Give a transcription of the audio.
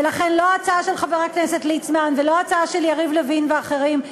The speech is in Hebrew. ולכן לא ההצעה של חבר הכנסת ליצמן ולא ההצעה של יריב לוין ואחרים,